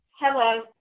Hello